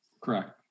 Correct